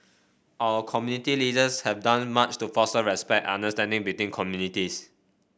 our community leaders have done much to foster respect and understanding between communities